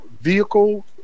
Vehicle